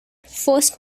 first